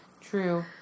True